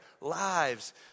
lives